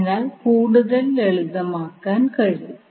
അതിനാൽ കൂടുതൽ ലളിതമാക്കാൻ കഴിയും